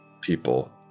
people